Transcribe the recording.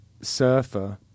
surfer